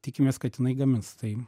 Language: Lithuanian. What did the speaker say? tikimės kad jinai gamins tai